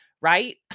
right